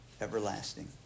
everlasting